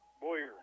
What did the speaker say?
Boyer